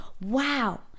wow